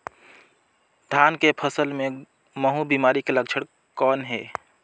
धान के फसल मे महू बिमारी के लक्षण कौन हे?